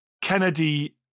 Kennedy